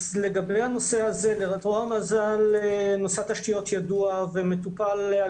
לרוע המזל נושא התשתיות ידוע ומטופל על